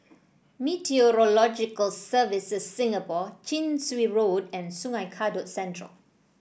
Meteorological Services Singapore Chin Swee Road and Sungei Kadut Central